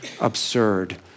absurd